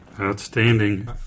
outstanding